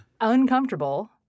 uncomfortable